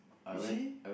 you see